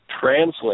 translate